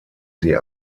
sie